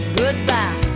goodbye